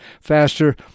faster